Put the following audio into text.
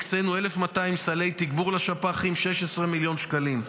הקצינו 1,200 סלי תגבור לשפ"חים, 16 מיליון שקלים.